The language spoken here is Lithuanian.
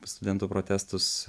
studentų protestus